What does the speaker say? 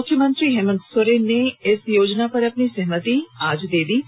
मुख्यमंत्री हेमंत सोरेन ने आज इस योजना पर अपनी सहमति दे दी है